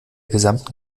gesamten